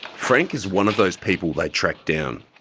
frank is one of those people they tracked down.